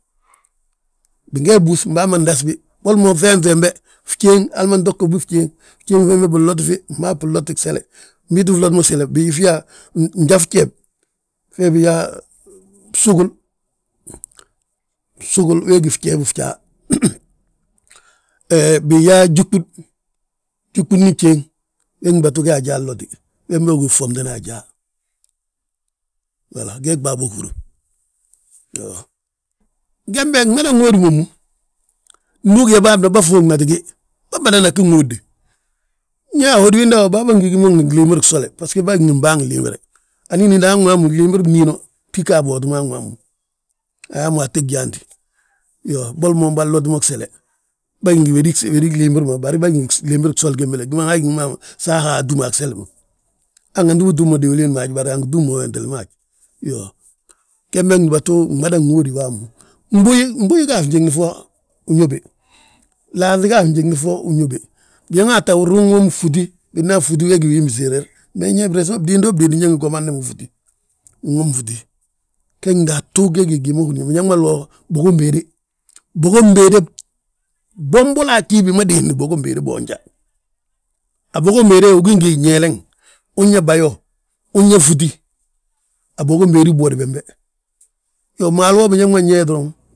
Bin gee bwus mbanba ndas bi, boli mo ŧenŧi wembe jéeŋ hali ma nto góbi fjéeŋ fjéeŋ fembe binloti fi. Fmaa binlotti gsele, bii tti floti mo gsele bifiyaa, njan fjeb fee biyaa bsugul. Bsugul wee gí fjebu fjaa, he biyaa júɓud, júɓudni bjéeŋ ge gdúbatu ge ajaa nloti. Wembe wi gí, ffomtena ajaa, wala, geg bâa bog húru. Gembe gmada, ŋóodu momu, nsdu ugí yaa bâan ma bâfuuŋna gi, bâmadana gi ŋóode. Ñe a hódi wiinda wo, mbamba ngi gí mo ngi glimbiri gsole, basgo bâgí ngi mbaa glimbire. Anín hiinda han wammu glimbiri nniino, gtiga a boti ma han wammu, ayaa mo atti gyaanti. Iyoo boli mo bâloti mo gsele, bâgí ngi wédi glimbiri ma, bari bâgi ngi glimbiri gsoli gembele ngi haji sa ahaa atúm a gseli ma hanganti utúm mo diwiliin ma haj bari angi túm mo wenteli ma haj. Iyoo, gembe gdúbatu gmada ŋóode wammu. Gbúyi, gbúyi ga a fnjiŋni fo, uñóbe laafi ga a fnjiŋni fo uñóbe, biñaŋaa tta ruŋ womi gfúti, bina yaa fúti we gí win biserer. Me bdiidoo bdiindi ñe ngi gomande mo fúti, nwom fúti, ge gdúbatu ge gí gi ma húri yaa biñaŋ ma loo bogon béede, bogon béede bwom bola ggi bi ma yoofni bogon béede boonja. A bogon béede ugí ngi ñeelen unyaa bayo, unyaa fúti, a bogo béedi bwodi bembe. Iyoo, maalu wo biñaŋ ma nyaa ye doroŋ.